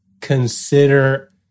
consider